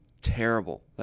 terrible